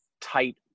tight